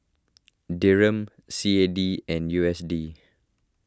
Dirham C A D and U S D